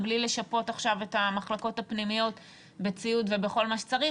בלי לשפות עכשיו את המחלקות הפנימיות בציוד ובכל מה שצריך,